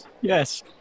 Yes